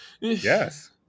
Yes